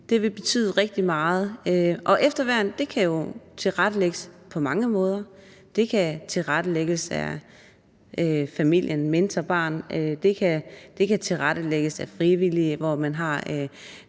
vil betyde rigtig meget. Efterværn kan jo tilrettelægges på mange måder. Det kan tilrettelægges af Mentorbarn, det kan tilrettelægges af frivillige, hvor man har